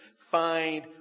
find